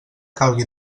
calgui